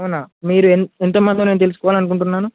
అవునా మీరు ఎ ఎంత మంది నేను తెలుసుకోవాలనుకుంటున్నాను